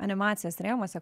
animacijos rėmuose